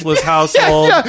household